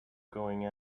going